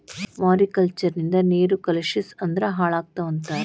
mariculture ನಿಂದ ನೇರು ಕಲುಷಿಸ ಅಂದ್ರ ಹಾಳಕ್ಕಾವ ಅಂತಾರ